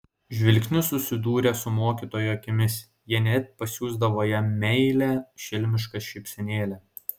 žvilgsniu susidūrę su mokytojo akimis jie net pasiųsdavo jam meilią šelmišką šypsenėlę